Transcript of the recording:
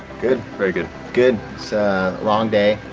good. very good. good long day,